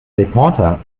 reporter